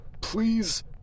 please